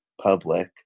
public